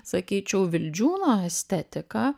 sakyčiau vildžiūno estetika